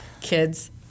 kids